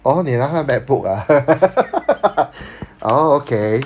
orh 你拿他的 macbook ah orh okay